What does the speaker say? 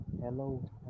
Hello